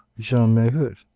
jean maheut,